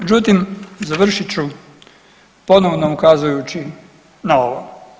Međutim, završit ću ponovno ukazujući na ovo.